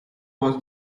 was